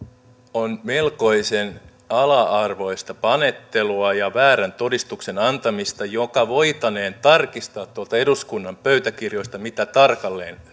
on melkoisen ala arvoista panettelua ja väärän todistuksen antamista ja voitaneen tarkistaa tuolta eduskunnan pöytäkirjoista mitä tarkalleen